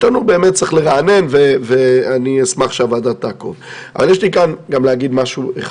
שם נציגים שונים ביניהם גם נציג משטרה שהוא